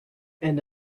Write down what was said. and